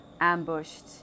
ambushed